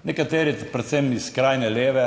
Nekateri, predvsem iz skrajne leve